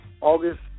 August